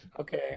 Okay